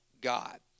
God